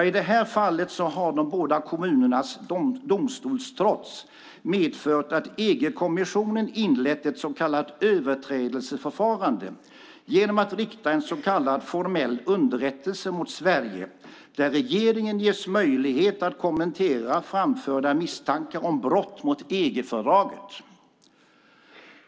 I det här fallet har de båda kommunernas domstolstrots medfört att EG-kommissionen inlett ett så kallat överträdelseförfarande genom att rikta en så kallad formell underrättelse mot Sverige där regeringen ges möjlighet att kommentera framförda misstankar om brott mot EG-fördraget.